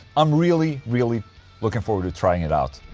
i'm really really looking forward to trying it out